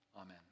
Amen